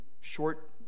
short